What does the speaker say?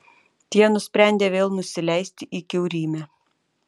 tie nusprendė vėl nusileisti į kiaurymę